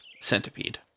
centipede